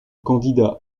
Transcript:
candidat